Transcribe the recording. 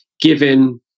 given